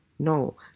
No